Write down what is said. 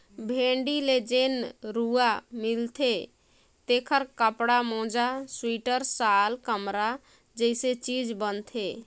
भेड़ी ले जेन रूआ मिलथे तेखर कपड़ा, मोजा सिवटर, साल, कमरा जइसे चीज बनथे